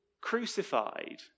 crucified